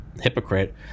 hypocrite